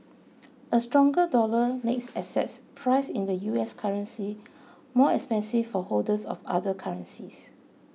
a stronger dollar makes assets priced in the U S currency more expensive for holders of other currencies